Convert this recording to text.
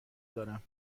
دارم